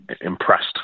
impressed